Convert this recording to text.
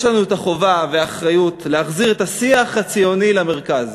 יש לנו החובה והאחריות להחזיר את השיח הציוני למרכז.